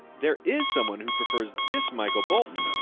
there is someone who prefers this michael bolton